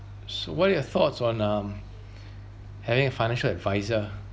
so what are your thoughts on um having a financial advisor